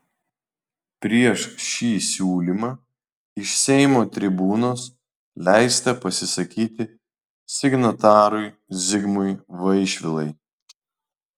prieš šį siūlymą iš seimo tribūnos leista pasisakyti signatarui zigmui vaišvilai